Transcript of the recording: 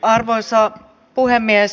arvoisa puhemies